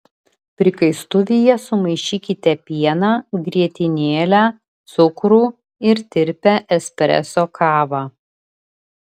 prikaistuvyje sumaišykite pieną grietinėlę cukrų ir tirpią espreso kavą